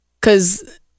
cause